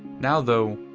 now, though,